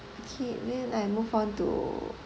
okay we'll move on to